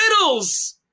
Riddles